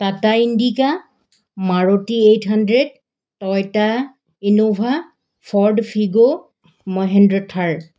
Tata Indica Maruti eight hundred Toyota Innova Ford Figo Mahindra Thar